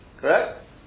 Correct